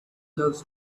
loves